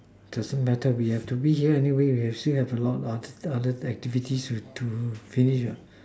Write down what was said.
doesn't matter we have to be here anyway we have still have a lot of other activities to do finish or not